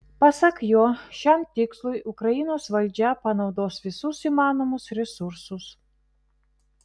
pasak jo šiam tikslui ukrainos valdžia panaudos visus įmanomus resursus